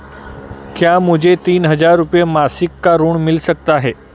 क्या मुझे तीन हज़ार रूपये मासिक का ऋण मिल सकता है?